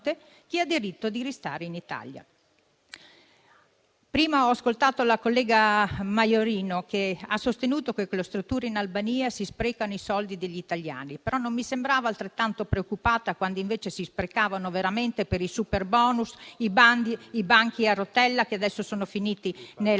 Prima ho ascoltato la collega Maiorino che ha sostenuto che, per le strutture in Albania si sprecano i soldi degli italiani. Non mi sembrava altrettanto preoccupata quando invece si sprecavano veramente per il superbonus, i banchi a rotelle che adesso sono finiti al